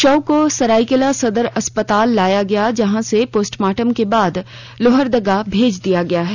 शव को सरायकेला सदर अस्पताल लाया गया जहां से पोस्टमार्टम के बाद लोहरदगा भेज दिया गया है